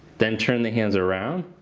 then turn the hands around.